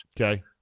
Okay